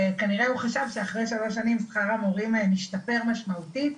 וכנראה הוא חשב שאחרי שלוש שנים שכר המורים משתפר משמעותית.